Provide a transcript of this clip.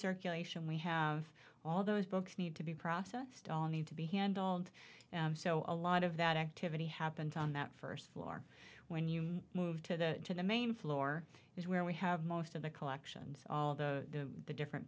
circulation we have all those books need to be processed all need to be handled so a lot of that activity happens on that first floor when you move to the main floor is where we have most of the collections all the the different